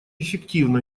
эффективно